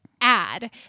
add